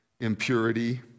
impurity